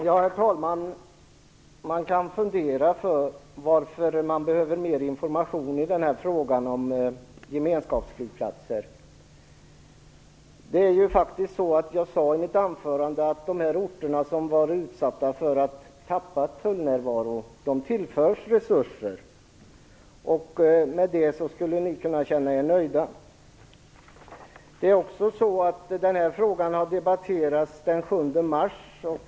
Herr talman! Man kan fundera varför ni behöver mer information i frågan om gemenskapsflygplatser. Jag sade i mitt anförande att de orter som utsätts och kommer att tappa tullnärvaro tillförs resurser. Med det skulle ni kunna känna er nöjda. Den här frågan debatterades den 7 mars.